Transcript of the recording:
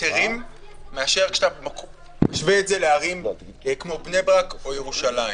יתרים בהשוואה לערים כמו בני ברק או ירושלים.